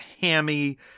hammy